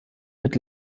mit